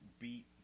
beat